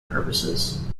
purposes